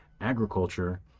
agriculture